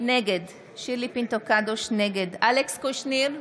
נגד אלכס קושניר,